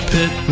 Pit